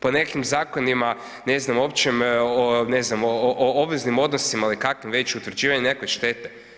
Po nekim zakonima, ne znam, općem o, o obveznim odnosima, ili kakve već, utvrđivanje nekakve štete.